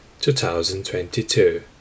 2022